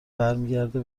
برمیگرده